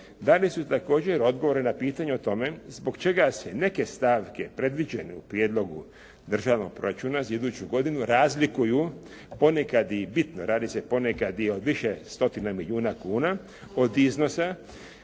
dali su također odgovore na pitanje o tome zbog čega se neke stavke, predviđene u prijedlogu državnog proračuna za iduću godinu, razlikuju ponekad i bitno, radi se ponekad i o više stotina milijuna kuna, od iznosa